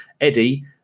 Eddie